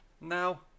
now